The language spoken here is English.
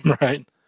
Right